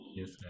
yes